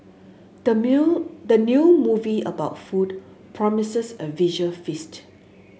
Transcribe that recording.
the meal the new movie about food promises a visual feast